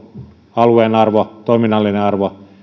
alueen arvo toiminnallinen arvo